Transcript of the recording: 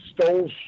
stole